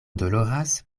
doloras